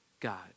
god